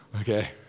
Okay